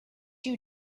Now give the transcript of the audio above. you